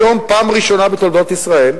היום, פעם ראשונה בתולדות ישראל,